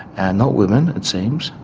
and not women it seems,